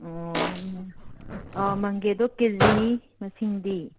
ꯑꯣ ꯑꯣ ꯃꯪꯒꯦꯗꯣ ꯀꯦ ꯖꯤ ꯃꯁꯤꯡꯗꯤ